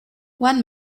one